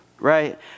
right